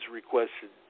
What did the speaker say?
requested